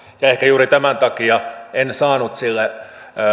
ehkä juuri tämän takia en saanut sille